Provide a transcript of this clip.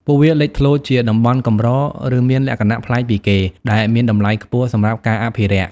ពួកវាលេចធ្លោជាតំបន់កម្រ ឬមានលក្ខណៈប្លែកពីគេ ដែលមានតម្លៃខ្ពស់សម្រាប់ការអភិរក្ស។